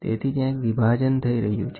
તેથી ત્યાં એક વિભાજન થઈ રહ્યું છે